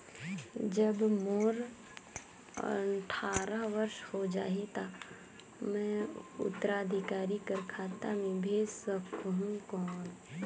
जब मोर अट्ठारह वर्ष हो जाहि ता मैं उत्तराधिकारी कर खाता मे भेज सकहुं कौन?